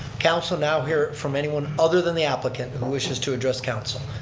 council now hear from anyone other than the applicant who wishes to address council.